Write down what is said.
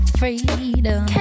freedom